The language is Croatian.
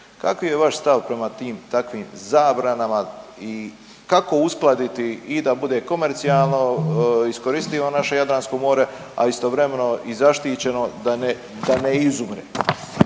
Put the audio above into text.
Kakvi je vaš stava prema tim takvim zabranama i kako uskladiti i da bude komercijalno iskoristivo naše Jadransko more, a istovremeno i zaštićeno da ne izumre?